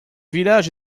village